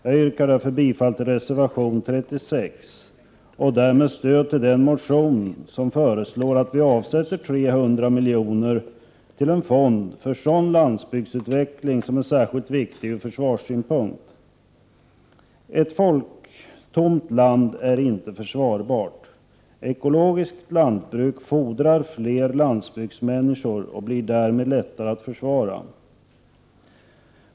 Jag yrkar därför bifall till reservation 36, och jag ger därmed stöd till den motion där det föreslås att vi skall avsätta 300 milj.kr. till en fond för sådan landsbygdsutveckling som är särskilt viktig ur försvarssynpunkt. Ett folktomt land är inte försvarbart. Ekologiskt lantbruk fordrar fler landsbygdsmänniskor och gör därmed landet lättare att försvara.